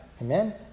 amen